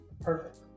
Perfect